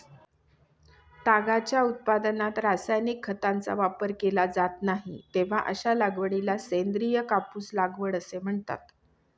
तागाच्या उत्पादनात रासायनिक खतांचा वापर केला जात नाही, तेव्हा अशा लागवडीला सेंद्रिय कापूस लागवड असे म्हणतात